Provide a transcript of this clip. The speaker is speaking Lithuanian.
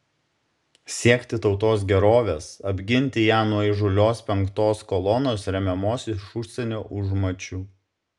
siekti tautos gerovės apginti ją nuo įžūlios penktos kolonos remiamos iš užsienio užmačių